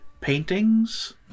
paintings